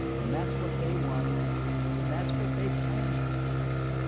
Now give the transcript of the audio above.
and that's what they wanted and that's what they planned for.